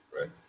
right